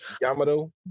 Yamato